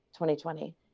2020